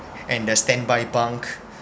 and the standby bunk